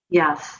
yes